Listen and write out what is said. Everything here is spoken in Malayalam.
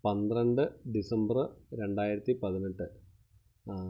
പന്ത്രണ്ട് ഡിസംബ്റ് രണ്ടായിരത്തി പതിനെട്ട്